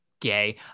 Gay